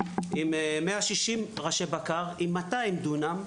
יש 160 ראשי בקר ו-200 דונם,